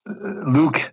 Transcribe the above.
Luke